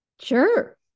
Sure